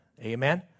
Amen